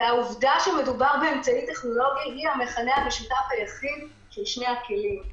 העובדה שמדובר באמצעי טכנולוגי היא המכנה המשותף היחיד של שני הכלים.